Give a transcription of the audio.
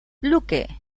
luque